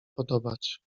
podobać